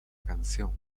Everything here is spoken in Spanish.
canción